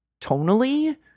tonally